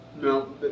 no